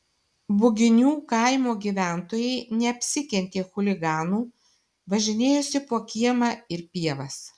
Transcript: buginių kaimo gyventojai neapsikentė chuliganų važinėjosi po kiemą ir pievas